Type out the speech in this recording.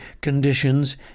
conditions